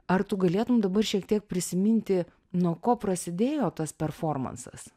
ar tu galėtum dabar šiek tiek prisiminti nuo ko prasidėjo tas performansas